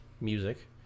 Music